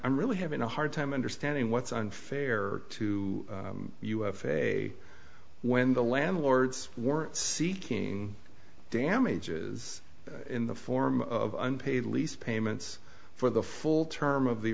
really having a hard time understanding what's unfair to you have a when the landlords were seeking damages in the form of unpaid lease payments for the full term of the